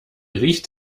riecht